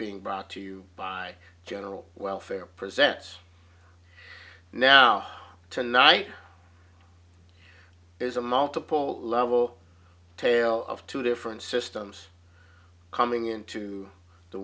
being brought to you by general welfare presents now tonight is a multiple level tale of two different systems coming into the